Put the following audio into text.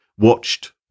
watched